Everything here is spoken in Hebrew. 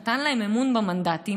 נתן להם אמון במנדטים,